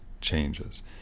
changes